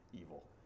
evil